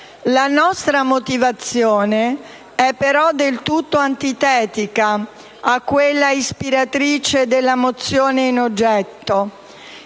La nostra posizione è però del tutto antitetica alla motivazione ispiratrice della mozione in oggetto.